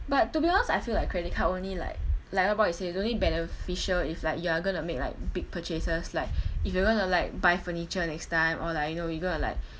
but to be honest I feel like credit card only like like like what you say is only beneficial if like you are going to make like big purchases like if you going to like buy furniture next time or like you know you going to like